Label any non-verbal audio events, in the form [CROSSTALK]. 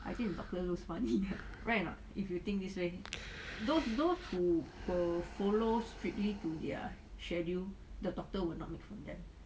[BREATH]